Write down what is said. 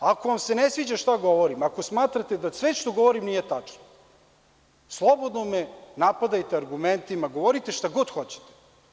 Ako vam se ne sviđa šta govorim, ako smatrate da sve što govorim nije tačno, slobodno me napadajte argumentima, govorite šta god hoćete.